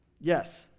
Yes